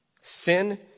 Sin